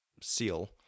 Seal